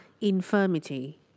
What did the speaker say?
Infirmity